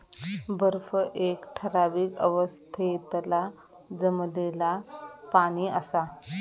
बर्फ एक ठरावीक अवस्थेतला जमलेला पाणि असा